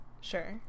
Sure